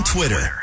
Twitter